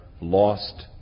lost